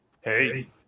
Hey